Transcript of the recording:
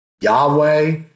Yahweh